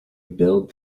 build